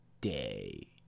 day